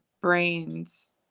brains